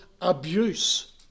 abuse